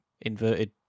inverted